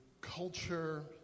culture